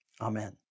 Amen